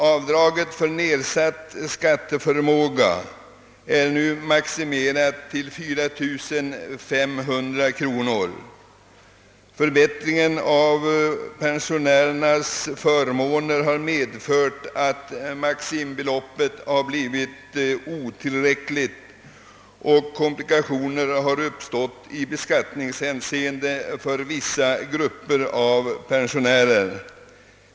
Avdraget för nedsatt skatteförmåga är nu maximerat till 4500 kronor. Förbättringen av pensionärernas förmåner har medfört att detta maximibelopp blivit otillräckligt, och komplikationer i beskattningshänseende har därför uppstått för vissa grupper av pensionärer.